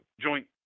joint